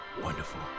Wonderful